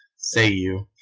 say you!